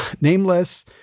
nameless